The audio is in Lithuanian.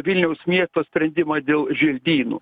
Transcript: vilniaus miesto sprendimą dėl želdynų